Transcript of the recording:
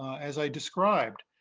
as i described.